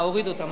הורידו אותן.